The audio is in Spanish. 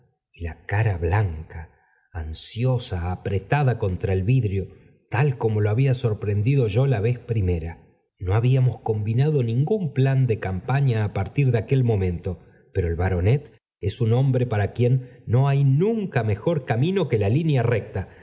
y cara blanca ansiosa apretada contra el vidrio tal como lo había sorprendido yo la vez primera no habíamos combinado ningún plan de campaña á partir de aquel momento pero el baronet ea un hombre para quien no hay nunca mejor camino que la línea recta